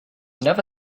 never